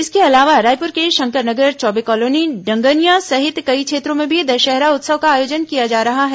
इसके अलावा रायपुर के शंकर नगर चौबे कॉलोनी डंगनिया सहित कई क्षेत्रों में भी दशहरा उत्सव का आयोजन किया जा रहा है